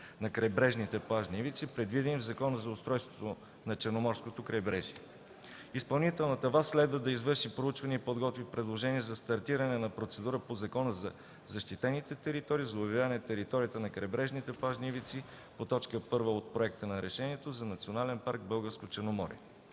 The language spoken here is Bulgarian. на крайбрежните плажни ивици, предвидени в Закона за устройството на Черноморското крайбрежие. Изпълнителната власт следва да извърши проучвания и подготви предложения за стартиране на процедура по Закона за защитените територии за обявяване на територията на крайбрежните плажни ивици по т. 1 от проекта на решението за